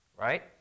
right